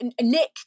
Nick